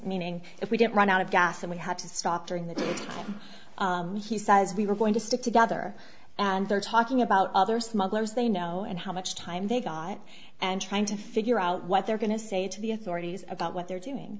meaning if we didn't run out of gas and we had to stop during the day he says we were going to stick together and they're talking about other smugglers they know and how much time they guy and trying to figure out what they're going to say to the authorities about what they're doing